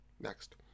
Next